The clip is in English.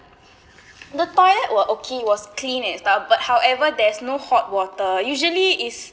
the toilet were okay it was clean and stuff but however there's no hot water usually is